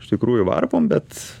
iš tikrųjų varpom bet